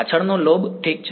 પાછળનો લોબ ઠીક છે